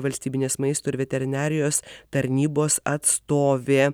valstybinės maisto ir veterinarijos tarnybos atstovė